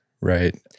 right